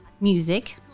music